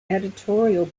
editorial